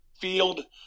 field